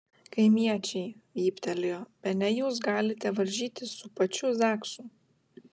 kaimiečiai vyptelėjo bene jūs galite varžytis su pačiu zaksu